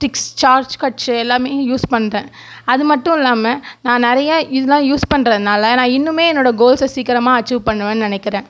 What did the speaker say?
tricks shortcuts எல்லாமே use பண்ணுறேன் அது மட்டும் இல்லாமல் நான் நிறைய இதல்லாம் யூஸ் பண்றனால் நான் இன்னுமே என்னோடய கோல்ஸை சீக்கிரமாக அச்சீவ் பண்ணுவேன்னு நினைக்கிறேன்